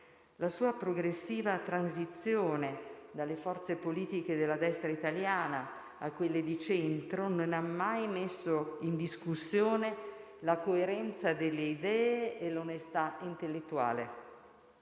La sua progressiva transizione dalle forze politiche della destra italiana a quelle di centro non ha mai messo in discussione la coerenza delle idee e l'onestà intellettuale.